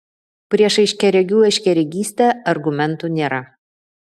prieš aiškiaregių aiškiaregystę argumentų nėra